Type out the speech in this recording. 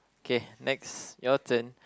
okay next your turn